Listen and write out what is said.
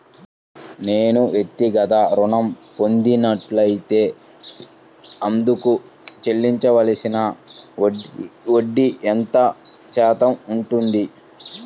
నేను వ్యక్తిగత ఋణం పొందినట్లైతే అందుకు చెల్లించవలసిన వడ్డీ ఎంత శాతం ఉంటుంది?